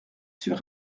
sur